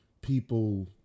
people